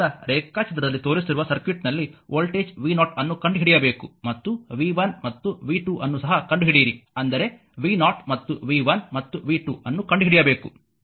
ಆದ್ದರಿಂದ ರೇಖಾಚಿತ್ರದಲ್ಲಿ ತೋರಿಸಿರುವ ಸರ್ಕ್ಯೂಟ್ನಲ್ಲಿ ವೋಲ್ಟೇಜ್ v0 ಅನ್ನು ಕಂಡುಹಿಡಿಯಬೇಕು ಮತ್ತು v 1ಮತ್ತು v 2 ಅನ್ನು ಸಹ ಕಂಡುಹಿಡಿಯಿರಿ ಅಂದರೆ v0 ಮತ್ತು v 1 ಮತ್ತು v 2 ಅನ್ನು ಕಂಡುಹಿಡಿಯಬೇಕು